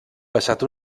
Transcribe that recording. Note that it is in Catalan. passat